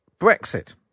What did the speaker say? Brexit